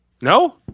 No